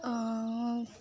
অঁ